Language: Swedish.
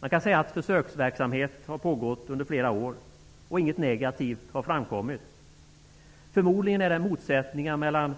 Man kan säga att försöksverksamhet har pågått under flera år. Inget negativt har framkommit. Förmodligen är det motsättningar mellan